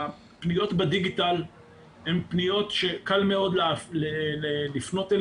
הפניות בדיגיטל הן פניות שקלות מאוד לשימוש,